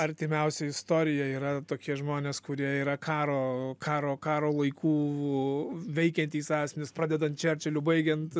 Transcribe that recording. artimiausia istorija yra tokie žmonės kurie yra karo karo karo laikų veikiantys asmenys pradedant čerčiliu baigiant